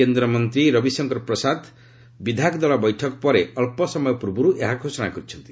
କେନ୍ଦ୍ରମନ୍ତ୍ରୀ ରବିଶଙ୍କର ପ୍ରସାଦ ବିଧାୟକ ଦଳ ବୈଠକ ପରେ ଅଳ୍ପ ସମୟ ପ୍ରର୍ବେ ଏହା ଘୋଷଣା କରିଛନ୍ତି